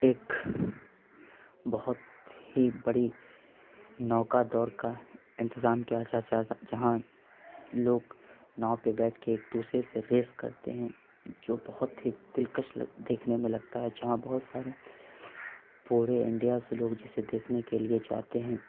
ایکھ بہت ہی بڑی نوکا دور کا انتظام کیا جا جہاں لوگ ناؤ پہ بیٹھ کے ایک دوسرے سے ریس کرتے ہیں جو بہت ہی دلکش دیکھنے میں لگتا ہے جہاں بہت سارے پورے انڈیا سے لوگ جسے دیکھنے کے لیے جاتے ہیں